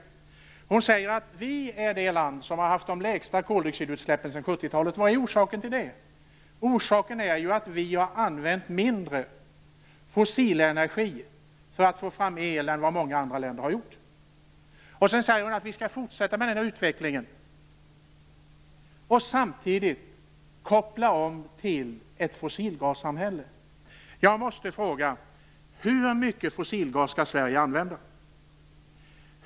Anna Lindh säger att Sverige är det land som har haft de lägsta koldioxidutsläppen sedan 1970-talet. Vad är orsaken till det? Jo, det är att vi har använt mindre fossilenergi för att få fram el än vad många andra länder har gjort. Anna Lindh säger sedan att vi skall fortsätta med den utvecklingen och samtidigt ställa om till ett fossilgassamhälle. Jag måste då fråga: Hur mycket fossilgas skall Sverige använda?